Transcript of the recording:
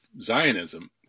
Zionism